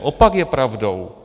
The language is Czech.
Opak je pravdou.